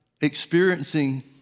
experiencing